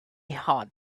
had